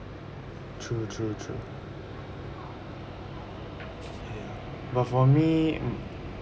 true true true ya but for me